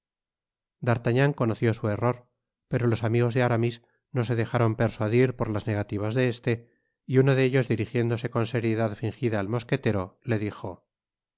dueño d'artagnan conoció su error pero los amigos de aramis no se dejaron persuadir por las negativas de este y uno de ellos dirigiéndose con seriedad mugida al mosquetero le dijo